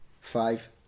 five